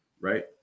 Right